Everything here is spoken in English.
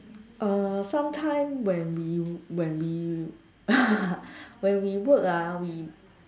uh sometime when we when we when we work ah we